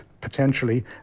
potentially